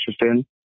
interested